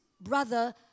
brother